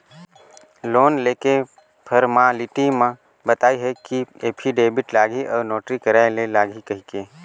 loan लेके formality म बताइस हे कि एफीडेबिड लागही अउ नोटरी कराय ले लागही कहिके